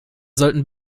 sollten